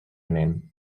name